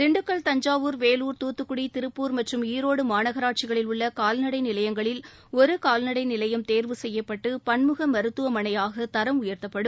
திண்டுக்கல் தஞ்சாவூர் வேலூர் துத்துக்குடி திருப்பூர் மற்றும் ஈரோடு மாநகராட்சிகளில் உள்ள கால்நடை நிலையங்களில் ஒரு கால்நடை நிலையம் தேர்வு செய்யப்பட்டு பன்முக மருத்துவமனையாக தரம் உயர்த்தப்படும்